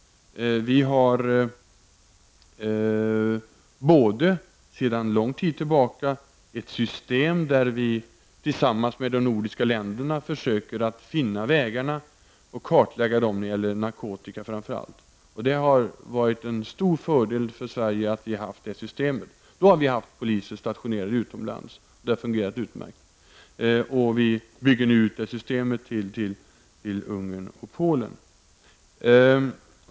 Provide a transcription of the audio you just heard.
Vi har sedan lång tid tillbaka ett system, där vi tillsammans med de nordiska länderna försöker finna och kartlägga vägarna framför allt när det gäller narkotikahandeln. Det har varit en stor fördel för Sverige att vi haft det systemet. I det sammanhanget har vi haft poliser stationerade utomlands och det har fungerat utmärkt. Vi bygger nu ut det systemet till att omfatta även Ungern och Polen.